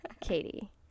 Katie